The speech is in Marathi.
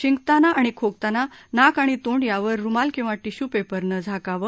शिंकताना किंवा खोकताना नाक आणि तोंड यावर रुमाल किंवा टिश्यू पेपरनं झाकावं